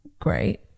great